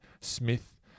Smith